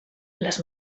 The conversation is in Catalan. les